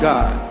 God